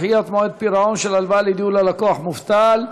דחיית מועד פירעון של הלוואה לדיור ללקוח מובטל),